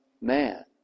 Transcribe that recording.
man